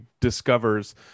discovers